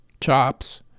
chops